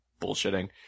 bullshitting